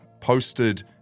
posted